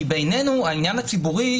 כי בדיוק בדוגמה שנתת,